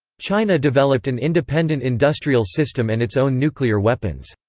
china developed an independent industrial system and its own nuclear weapons.